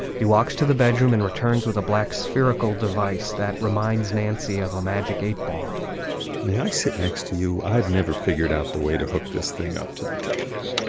he walks to the bedroom and returns with a black spherical device that reminds nancy of a magic eight ball may i sit next to you? i've never figured out the way to hook this thing up to the television